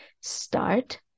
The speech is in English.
Start